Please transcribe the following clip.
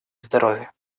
здоровье